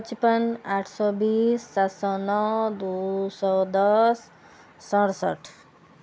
पचपन आठ सए बीस सात सए नओ दू सए दस सड़सठ